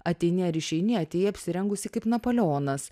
ateini ar išeini atėjai apsirengusi kaip napoleonas